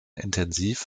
intensiv